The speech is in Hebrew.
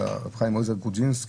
על רב חיים עוזר גרודז'נסקי,